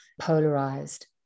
polarized